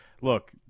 Look